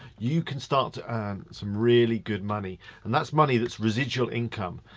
you can start to earn some really good money and that's money, that's residual income.